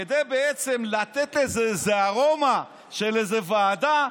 כדי לתת לזה איזו ארומה של איזו ועדה,